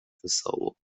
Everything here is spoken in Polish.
wesoło